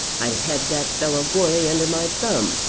i'd have had that fellow goarly under my thumb.